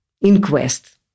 inquest